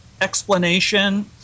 explanation